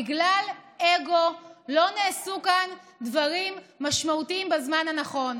בגלל אגו לא נעשו כאן דברים משמעותיים בזמן הנכון.